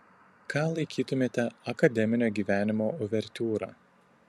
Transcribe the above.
ką laikytumėte akademinio gyvenimo uvertiūra